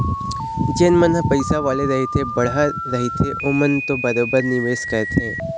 जेन मन ह पइसा वाले रहिथे बड़हर रहिथे ओमन तो बरोबर निवेस करथे